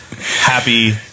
happy